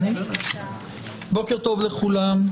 טוב, מכובדיי, בוקר טוב לכולם.